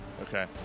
Okay